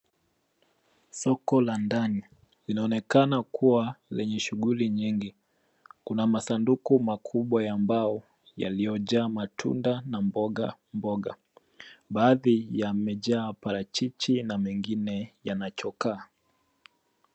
Soko la ndani, linaonekana kuwa lenye shughuli nyingi, kuna masanduku makubwa ya mbao yaliyojaa matunda na mboga mboga. Baathi yamejaa parachichi na mengine yana chokaa.